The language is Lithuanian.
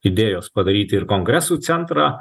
idėjos padaryti ir kongresų centrą